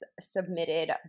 submitted